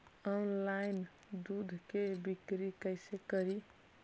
Online दुध के बिक्री कैसे करि?